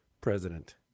president